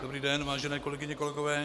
Dobrý den, vážené kolegyně, kolegové.